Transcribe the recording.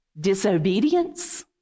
disobedience